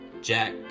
Jack